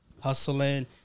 hustling